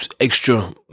extra